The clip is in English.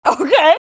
okay